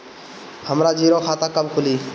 हमरा जीरो खाता कब खुली?